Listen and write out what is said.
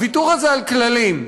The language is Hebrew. הוויתור הזה על כללים,